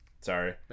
Sorry